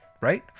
right